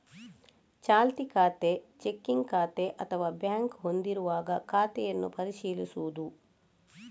ಚಾಲ್ತಿ ಖಾತೆ, ಚೆಕ್ಕಿಂಗ್ ಖಾತೆ ಅಥವಾ ಬ್ಯಾಂಕ್ ಹೊಂದಿರುವಾಗ ಖಾತೆಯನ್ನು ಪರಿಶೀಲಿಸುವುದು